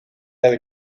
del